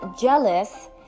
jealous